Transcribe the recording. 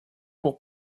pour